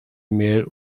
mail